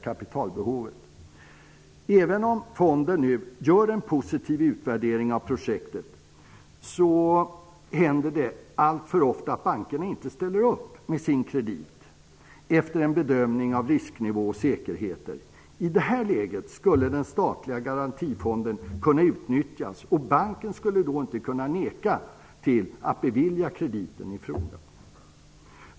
Men även om fonden gör en positiv utvärdering av projektet händer det alltför ofta att bankerna inte ställer upp med sin kredit efter bedömning av risknivå och säkerheter. I det här läget skulle den statliga garantifonden kunna utnyttjas, och banken skulle då inte kunna neka till att bevilja krediten i fråga.